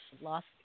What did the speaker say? lost